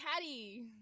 caddy